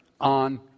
on